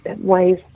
ways